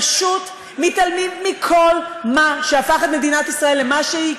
פשוט מתעלמים מכל מה שהפך את מדינת ישראל למה שהיא,